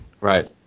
Right